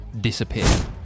disappear